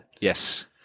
Yes